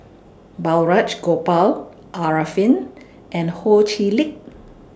Balraj Gopal Arifin and Ho Chee Lick